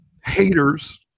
haters